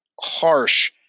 harsh